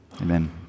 amen